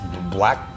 black